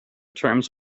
terms